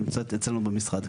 נמצאת אצלנו במשרד.